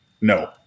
No